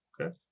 Okay